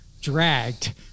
dragged